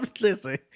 Listen